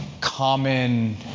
common